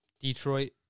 Detroit